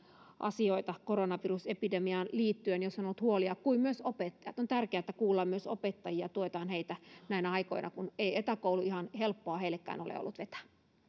asioita koronavirusepidemiaan liittyen jos on ollut huolia kuin myös opettajat on tärkeätä että kuullaan myös opettajia tuetaan heitä näinä aikoina kun ei etäkoulua ihan helppoa heillekään ole ollut vetää